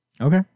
Okay